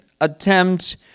attempt